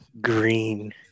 green